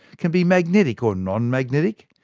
can be magnetic or non-magnetic,